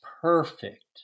perfect